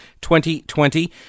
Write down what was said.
2020